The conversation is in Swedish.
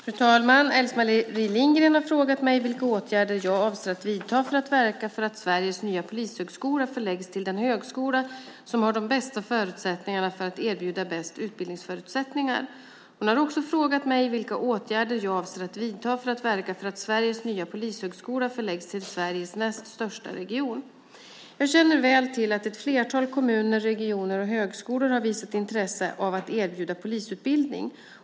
Fru talman! Else-Marie Lindgren har frågat mig vilka åtgärder jag avser att vidta för att verka för att Sveriges nya polishögskola förläggs till den högskola som har de bästa förutsättningarna för att erbjuda bäst utbildningsförutsättningar. Hon har också frågat mig vilka åtgärder jag avser att vidta för att verka för att Sveriges nya polishögskola förläggs till Sveriges näst största region. Jag känner väl till att ett flertal kommuner, regioner och högskolor har visat intresse av att erbjuda polisutbildning.